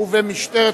(תיקון,